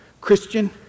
Christian